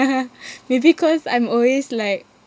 maybe cause I'm always like